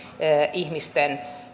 ihmisten